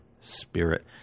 spirit